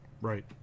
Right